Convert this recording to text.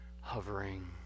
hovering